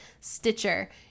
Stitcher